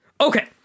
Okay